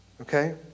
Okay